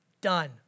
done